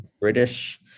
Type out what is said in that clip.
British